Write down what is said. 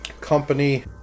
Company